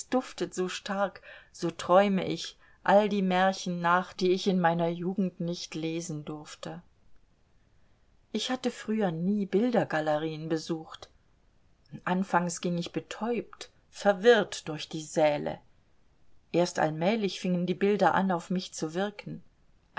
duftet so stark so träume ich all die märchen nach die ich in meine jugend nicht lesen durfte ich hatte früher nie bildergalerien besucht anfangs ging ich betäubt verwirrt durch die säle erst allmählich fingen die bilder an auf mich zu wirken